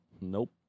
Nope